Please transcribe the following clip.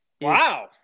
Wow